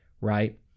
right